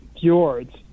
fjords